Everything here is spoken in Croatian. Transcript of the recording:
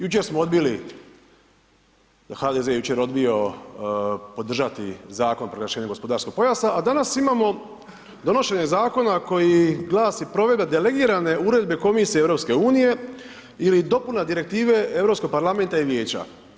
Jučer smo odbili, HDZ je jučer odbio podržati Zakon proglašenja gospodarskog pojasa a danas imamo donošenje zakona koji glasi provedba delegirane uredbe Komisije EU ili dopuna Direktive Europskog parlamenta i Vijeća.